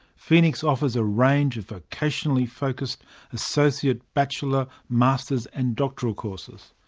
phoenix offers a range of vocationally focused associate, bachelor, masters and doctoral courses.